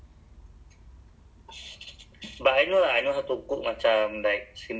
tak dia punya ingredients kan beli kat pasar atau uh